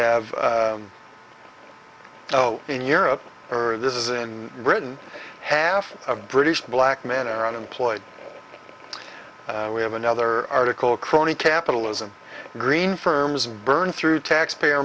have in europe or this is in britain half of british black men are unemployed and we have another article crony capitalism green firms burn through taxpayer